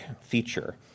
feature